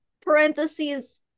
parentheses